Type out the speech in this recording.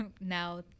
now